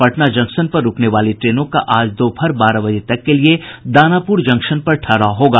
Patna junction पर रूकने वाली ट्रेनों का आज दोपहर बारह बजे तक के लिए दानापुर जंक्शन पर ठहराव होगा